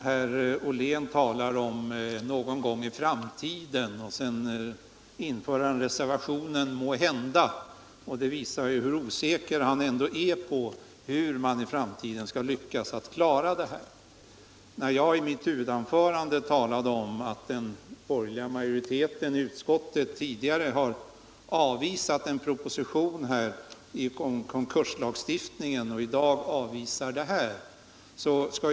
Herr talman! Herr Ollén talar om någon gång i framtiden, och sedan inför han reservationen ”måhända”. Det visar ju hur osäker han ändå är om hur man i framtiden skall lyckas klara detta. I mitt huvudanförande talade jag om att den borgerliga majoriteten i utskottet tidigare har avvisat en proposition om konkurslagstiftningen och i dag avvisar detta förslag.